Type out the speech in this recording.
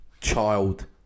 child